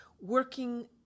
working